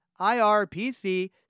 IRPC